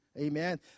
amen